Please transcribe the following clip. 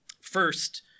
First